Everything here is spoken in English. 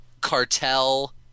Cartel